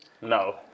No